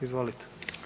Izvolite.